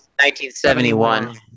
1971